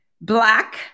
Black